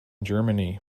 germany